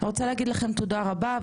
אני רוצה להגיד לכם תודה רבה,